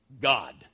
God